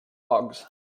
bugs